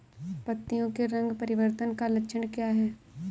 पत्तियों के रंग परिवर्तन का लक्षण क्या है?